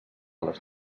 les